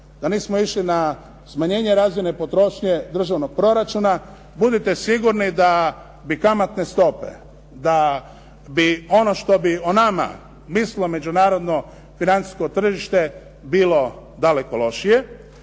da nismo išli na smanjenje razine potrošnje državnog proračuna, budite sigurni da kamatne stope, ono što bi o nama mislilo međunarodno financijsko tržište bilo daleko lošije.